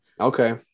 Okay